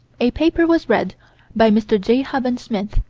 a paper was read by mr. j. huband smith,